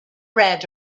red